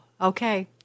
Okay